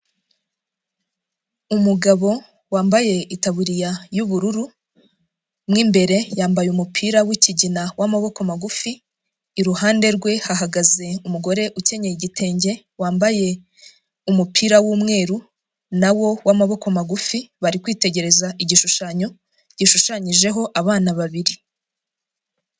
Umugabo wambaye itaburiya yubururu mwimbere yambaye umupira wikigina wamaboko magufi, iruhande rwe hahagaze umugore ukennye igitenge wambaye umupira wmweru na wo wamaboko magufi bari kwitegereza igishushanyo gishushanyijeho abana babiri.